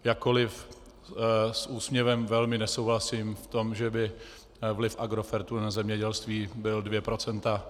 Jakkoliv s úsměvem velmi nesouhlasím v tom, že by vliv Agrofertu na zemědělství byl dvě procenta.